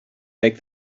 make